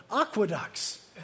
aqueducts